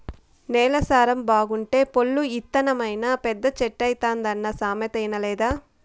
నేల సారం బాగుంటే పొల్లు ఇత్తనమైనా పెద్ద చెట్టైతాదన్న సామెత ఇనలేదా